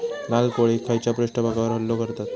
लाल कोळी खैच्या पृष्ठभागावर हल्लो करतत?